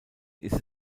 ist